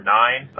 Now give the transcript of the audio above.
nine